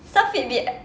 some fitbit a~